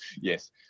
yes